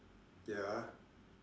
ya